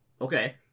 Okay